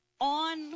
on